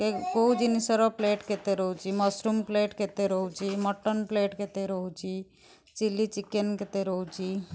ଏ କେଉଁ ଜିନିଷର ପ୍ଲେଟ୍ କେତେ ରହୁଛି ମଶୃମ୍ ପ୍ଲେଟ୍ କେତେ ରହୁଛି ମଟନ୍ ପ୍ଲେଟ୍ କେତେ ରହୁଛି ଚିଲି ଚିକେନ୍ କେତେ ରହୁଛି